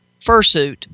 fursuit